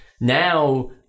now